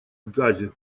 газе